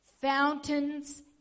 fountains